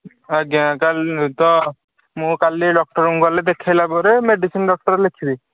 ଆଜ୍ଞା ତାଲେ ତ ମୁଁ କାଲି ଡକ୍ଟର ଙ୍କୁ ଗଲେ ଦେଖାଇଲା ପରେ ମେଡ଼ିସିନ ଡକ୍ଟର ଲେଖିବେ